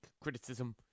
criticism